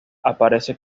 aparece